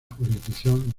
jurisdicción